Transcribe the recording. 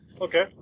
Okay